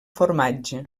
formatge